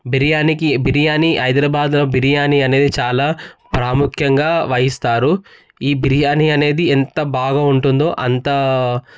బిర్యానీకి బిర్యానీ హైదరాబాద్ బిర్యానీ అనేది చాలా ప్రాముఖ్యంగా వహిస్తారు ఈ బిర్యానీ అనేది ఎంత బాగా ఉంటుందో అంతా